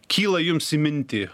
kyla jums į mintį